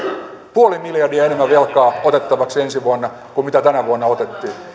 puoli miljardia enemmän velkaa otettavaksi ensi vuonna kuin mitä tänä vuonna otettiin